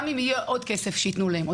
גם אם יהיה עוד כסף שייתנו להם,